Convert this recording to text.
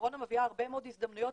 הקורונה מביאה הרבה מאוד הזדמנויות